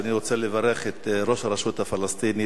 אני רוצה לברך את ראש הרשות הפלסטינית.